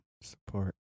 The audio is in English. support